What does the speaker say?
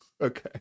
Okay